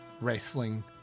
wrestling